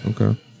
Okay